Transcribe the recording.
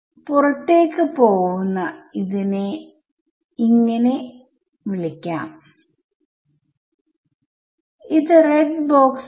ഈ ചിത്രത്തിൽ നിങ്ങൾക്ക് മറ്റു രണ്ട് ഇൻസ്റ്റൻസസിനെകുറിച്ച് ചിന്തിക്കാം ഇത് ഇവിടെയുള്ള ടൈം ആണെങ്കിൽ